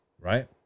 Right